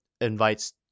invites